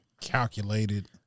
calculated